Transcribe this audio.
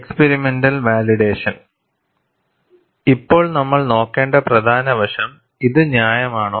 experimental validation ഇപ്പോൾ നമ്മൾ നോക്കേണ്ട പ്രധാന വശം ഇത് ന്യായമാണോ